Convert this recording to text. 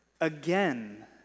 Again